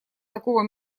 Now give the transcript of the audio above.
такого